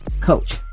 coach